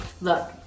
Look